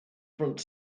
front